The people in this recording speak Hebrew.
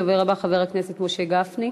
הדובר הבא, חבר הכנסת משה גפני.